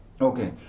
okay